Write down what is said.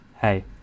hey